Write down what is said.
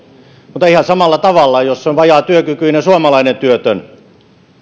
mutta ihan samalla tavalla jos on vajaatyökykyinen suomalainen työtön